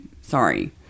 Sorry